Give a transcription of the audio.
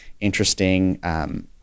interesting